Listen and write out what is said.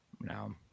No